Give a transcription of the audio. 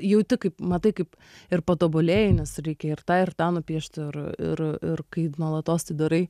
jauti kaip matai kaip ir patobulėjai nes reikia ir tą ir tą nupiešt ir ir ir kai nuolatos tai darai